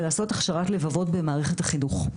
ולעשות הכשרת לבבות במערכת החינוך.